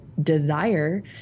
desire